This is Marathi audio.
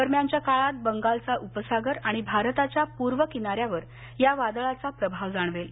दरम्यानच्या काळात बंगालचा उपसागर आणि भारताच्या पूर्व किनार्या्वर या वादळाचा प्रभाव जाणवेल